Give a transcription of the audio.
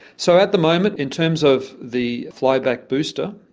so at the moment in terms of the fly-back booster,